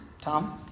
Tom